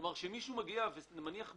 כשמישהו מגיע ומניח מכולה,